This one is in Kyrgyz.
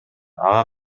ага